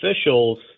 officials –